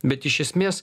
bet iš esmės